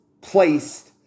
placed